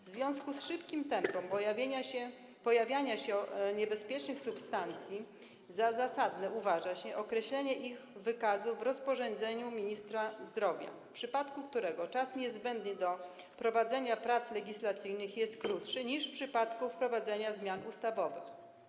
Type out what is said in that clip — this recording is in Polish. W związku z szybkim tempem pojawiania się niebezpiecznych substancji za zasadne uważa się określenie ich wykazu w rozporządzeniu ministra zdrowia, w przypadku którego czas niezbędny do prowadzenia prac legislacyjnych jest krótszy niż w przypadku wprowadzania zmian ustawowych.